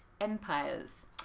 empires